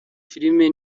filime